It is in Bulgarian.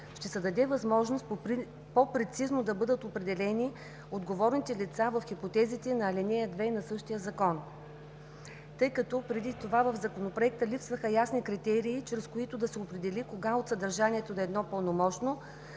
ще се даде възможност по-прецизно да бъдат определени отговорните лица в хипотезите на ал. 2 и на същия закон, тъй като преди това в Законопроекта липсваха ясни критерии, чрез които да се определи кога от съдържанието на едно пълномощно,